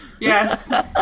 Yes